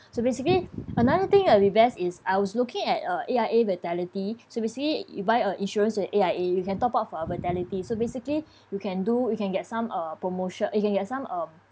so basically another thing that'll be best is I was looking at uh A_I_A vitality so basically you buy a insurance with A_I_A you can top up for our vitality so basically you can do you can get some uh promotion you can get some uh